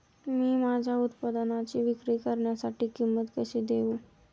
मी माझ्या उत्पादनाची विक्री करण्यासाठी किंमत कशी देऊ?